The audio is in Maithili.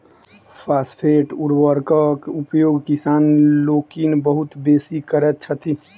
फास्फेट उर्वरकक उपयोग किसान लोकनि बहुत बेसी करैत छथि